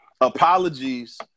apologies